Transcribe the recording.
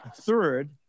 Third